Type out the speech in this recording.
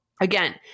again